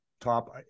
top